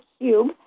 cube